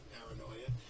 Paranoia